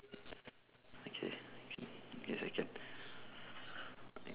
okay can yes I can